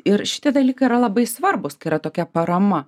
ir šitie dalykai yra labai svarbūs kai yra tokia parama